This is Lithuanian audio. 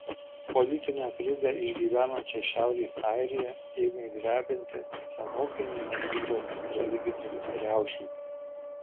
politinę krizę išgyvenančią šiaurės airiją ėmė drebinti senokai nematytos religinės riaušės